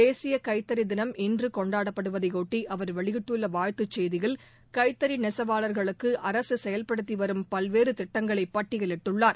தேசிய கைத்தறி தினம் இன்று கொண்டாடப்படுதையொட்டி அவர் வெளியிட்டுள்ள வாழ்த்துச் செய்தியில் கைத்தறி நெசவாளர்களுக்கு அரசு செயல்படுத்தி வரும் பல்வேறு திட்டங்களை பட்டியலிட்டுள்ளார்